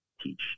teach